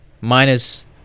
Minus